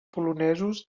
polonesos